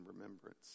remembrance